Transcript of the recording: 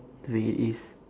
really is